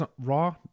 Raw